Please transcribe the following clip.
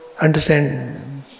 understand